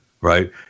right